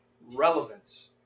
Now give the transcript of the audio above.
relevance